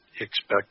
expect